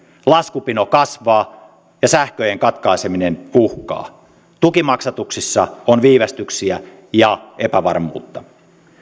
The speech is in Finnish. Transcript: laskupino kasvaa ja sähköjen katkaiseminen uhkaa tukimaksatuksissa on viivästyksiä ja epävarmuutta